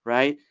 right?